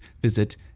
visit